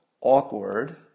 awkward